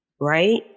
Right